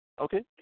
okay